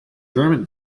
german